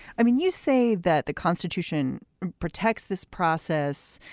i mean, you say that the constitution protects this process.